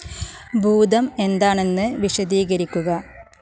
ഭൂതം എന്താണെന്ന് വിശദീകരിക്കുക